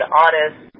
honest